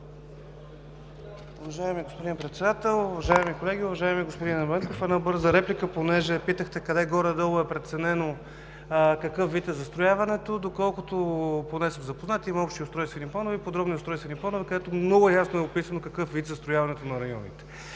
(ГЕРБ): Господин Председател, уважаеми колеги! Уважаеми господин Ерменков, една бърза реплика, понеже питахте къде горе-долу е преценено какъв вид е застрояването. Доколкото съм запознат – има общи устройствени планове и подробни устройствени планове, където много ясно е описано какъв вид е застрояването на районите.